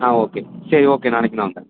ஆ okay சரி okay நாளைக்கு நான் வந்துடுறேன்